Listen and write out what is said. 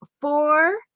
four